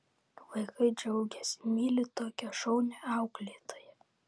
vaikai džiaugiasi myli tokią šaunią auklėtoją